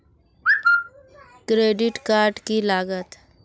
Credit card की लागत?